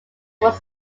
was